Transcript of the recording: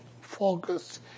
focus